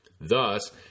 thus